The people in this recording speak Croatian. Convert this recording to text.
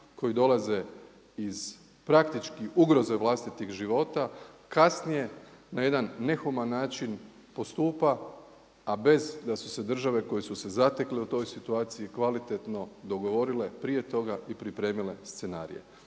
koji dolaze iz praktički ugroze vlastitih života kasnije na jedan nehuman način postupa a bez da su se države koje su se zatekle u toj situaciji kvalitetno dogovorile prije toga i pripremile scenarije.